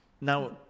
Now